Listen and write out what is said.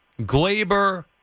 Glaber